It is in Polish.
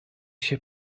się